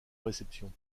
réception